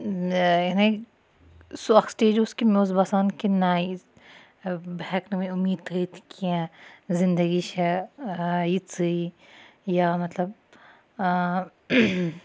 یعنی سُہ اکھ سٹیج اوس کہ مےٚ اوس باسان کہِ نہَ بہٕ ہیٚکنہِ وۄنۍ اُمیٖد تھٲیِتھ کینٛہہ زِندَگی چھےٚ یِژٕے یا مَطلَب